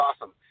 awesome